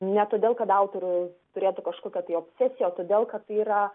ne todėl kad autoriai turėtų kažkokią tai obsesiją o todėl kad tai yra